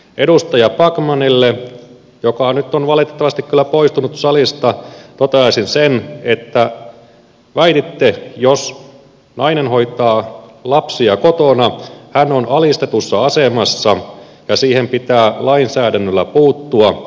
edustaja backmanille joka nyt on valitettavasti kyllä poistunut salista toteaisin sen että väititte että jos nainen hoitaa lapsia kotona hän on alistetussa asemassa ja siihen pitää lainsäädännöllä puuttua